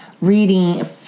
Reading